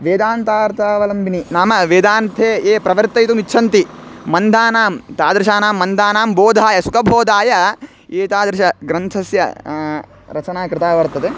वेदान्तार्तावलम्बिनी नाम वेदान्ते ये प्रवर्तयितुमिच्छन्ति मन्दानां तादृशानां मन्दानां बोधाय सुखबोधाय एतादृशग्रन्थस्य रचना कृता वर्तते